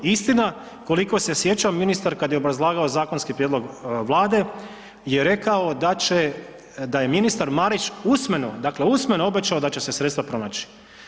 Istina, koliko se sjećam, ministar kad je obrazlagao zakonski prijedlog Vlade je rekao da će, da je ministar Marić usmeno, dakle usmeno obećo da će se sredstva pronaći.